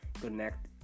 connect